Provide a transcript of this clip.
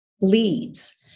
leads